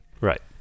Right